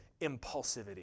impulsivity